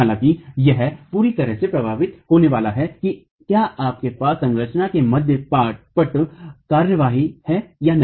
हालांकि यह पूरी तरह से प्रभावित होने वाला है कि क्या आपके पास संरचना में मध्यपट कार्रवाई है या नहीं